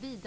Fru